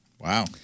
Wow